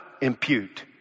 impute